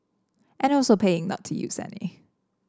and also paying not to use any